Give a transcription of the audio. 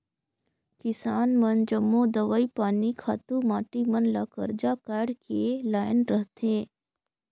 किसान मन जम्मो दवई पानी, खातू माटी मन ल करजा काएढ़ के लाएन रहथें